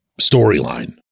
storyline